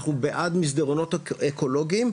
אנחנו בעד מסדרונות אקולוגיים,